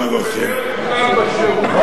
כי זה בדרך כלל בשירותים.